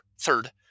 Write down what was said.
third